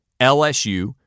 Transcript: LSU